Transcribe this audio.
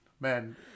man